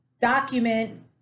document